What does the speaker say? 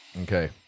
Okay